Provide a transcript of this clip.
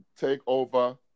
TakeOver